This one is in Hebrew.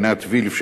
עינת וילף,